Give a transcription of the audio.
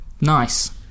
Nice